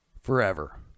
forever